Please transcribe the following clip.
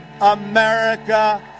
America